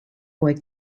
boy